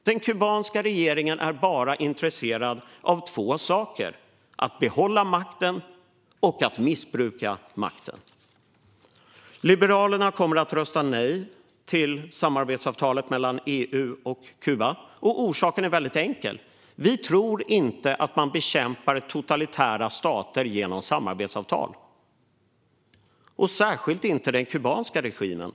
Den kubanska regeringen är bara intresserad av två saker: att behålla makten och att missbruka makten. Liberalerna kommer att rösta nej till samarbetsavtalet mellan EU och Kuba. Förklaringen är väldigt enkel: Vi tror inte att man bekämpar totalitära stater genom samarbetsavtal, särskilt inte den kubanska regimen.